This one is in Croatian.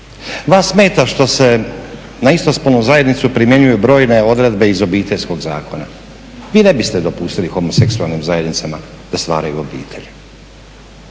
Vas smeta što se na istospolnu zajednicu primjenjuju brojne odredbe iz Obiteljskog zakona. Vi ne biste dopustili homoseksualnim zajednicama da stvaraju obitelj.